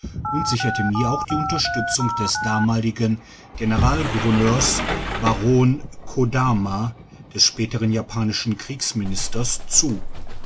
und sicherte mir auch die unterstützung des damaligen generalgouvernördliche spitze des mt morrison saitospitze neurs baron kodama des späteren japanischen kriegsministers zu